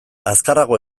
azkarrago